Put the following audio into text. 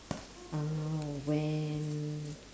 uh when